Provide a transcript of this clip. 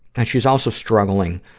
and she's also struggling,